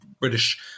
British